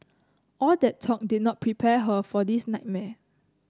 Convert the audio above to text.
all that talk did not prepare her for this nightmare